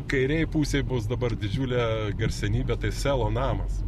kairėj pusėj bus dabar didžiulė garsenybė tai selo namas